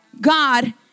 God